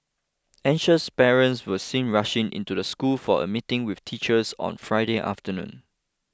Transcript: anxious parents were seen rushing into the school for a meeting with teachers on Friday afternoon